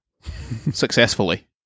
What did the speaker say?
successfully